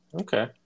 Okay